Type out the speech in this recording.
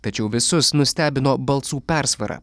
tačiau visus nustebino balsų persvara